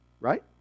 Right